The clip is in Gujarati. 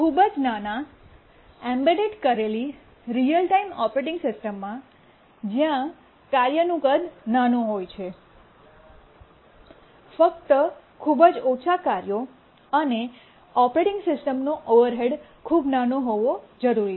ખૂબ જ નાના એમ્બેડ કરેલી રીઅલ ટાઇમ ઓપરેટિંગ સિસ્ટમ્સમાં જ્યાં કાર્યનું કદ નાનું હોય છે ફક્ત ખૂબ જ ઓછા કાર્યો અને ઓપરેટિંગ સિસ્ટમનો ઓવરહેડ ખૂબ નાનો હોવો જરૂરી છે